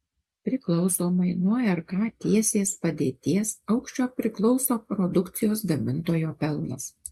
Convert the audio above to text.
priklausomai nuo rk tiesės padėties aukščio priklauso produkcijos gamintojo pelnas